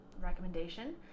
recommendation